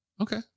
Okay